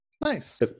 Nice